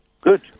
Good